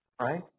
right